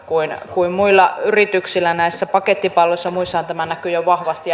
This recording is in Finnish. kuin kuin muilla yrityksillä näissä pakettipalveluissa ja muissahan tämä näkyy jo vahvasti